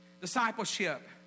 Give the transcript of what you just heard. Discipleship